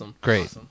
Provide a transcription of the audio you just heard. Great